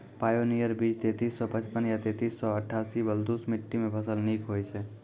Pioneer बीज तेंतीस सौ पचपन या तेंतीस सौ अट्ठासी बलधुस मिट्टी मे फसल निक होई छै?